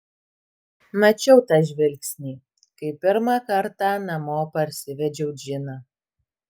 mačiau tą žvilgsnį kai pirmą kartą namo parsivedžiau džiną